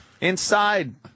Inside